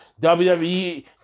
WWE